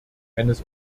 eines